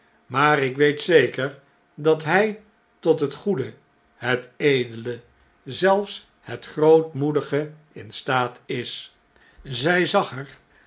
maar ik weet zeker dat hij tot het goede het edele zelfs het grootmoedige in staat is zjj zag